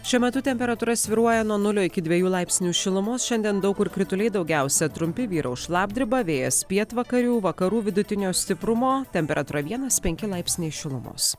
šiuo metu temperatūra svyruoja nuo nulio iki dviejų laipsnių šilumos šiandien daug kur krituliai daugiausia trumpi vyraus šlapdriba vėjas pietvakarių vakarų vidutinio stiprumo temperatūra vienas penki laipsniai šilumos